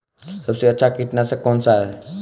सबसे अच्छा कीटनाशक कौनसा है?